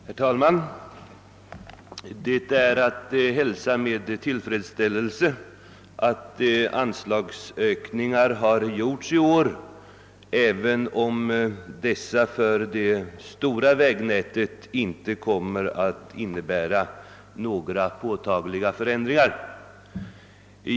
Herr talman! Det är att hälsa med tillfredsställelse att anslagsökningar har gjorts i år, även om dessa för det stora vägnätet inte kommer att innebära några påtagliga förändringar.